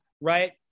Right